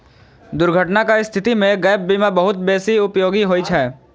दुर्घटनाक स्थिति मे गैप बीमा बहुत बेसी उपयोगी होइ छै